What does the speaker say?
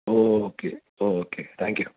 okay okay thank you